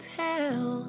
tell